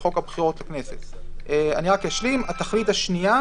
התכלית השנייה,